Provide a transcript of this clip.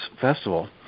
festival